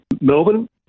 Melbourne